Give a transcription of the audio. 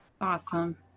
awesome